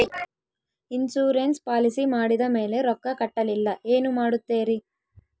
Insurance policy ಮಾಡಿದ ಮೇಲೆ ರೊಕ್ಕ ಕಟ್ಟಲಿಲ್ಲ ಏನು ಮಾಡುತ್ತೇರಿ?